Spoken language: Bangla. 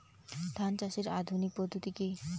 ধান চাষের আধুনিক পদ্ধতি কি?